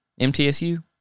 MTSU